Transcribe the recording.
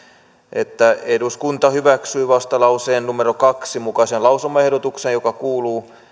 että eduskunta hyväksyy vastalauseen kahden mukaisen lausumaehdotuksen joka kuuluu